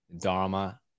Dharma